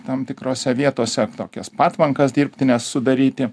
tam tikrose vietose tokias patvankas dirbtines sudaryti